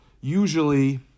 usually